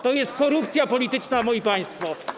To jest korupcja polityczna, moi państwo.